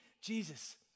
Jesus